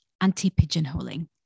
anti-pigeonholing